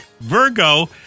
Virgo